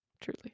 Truly